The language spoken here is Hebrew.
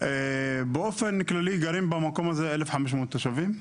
באופן כללי גרים במקום הזה 1,500 תושבים.